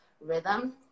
rhythm